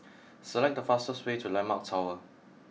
select the fastest way to Landmark Tower